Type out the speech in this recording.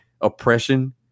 oppression